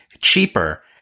cheaper